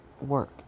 work